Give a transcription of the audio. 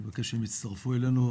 אני אבקש שהם יצטרפו אלינו,